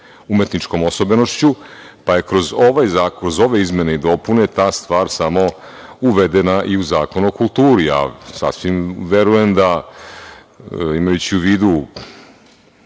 umetničkom osobenošću, pa je kroz ovaj zakon, kroz ove izmene i dopune ta stvar samo uvedena i u Zakon o kulturi. Ja sasvim verujem da imajući u vidu